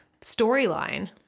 storyline